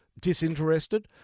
disinterested